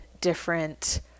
different